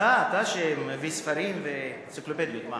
אתה שמביא ספרים ואנציקלופדיות.